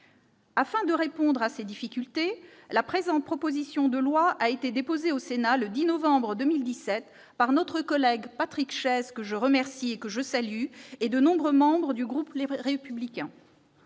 Afin de répondre à ces difficultés, la présente proposition de loi a été déposée au Sénat le 10 novembre 2017 par notre collègue Patrick Chaize, que je remercie, et de nombreux membres du groupe Les Républicains.